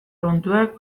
kontuek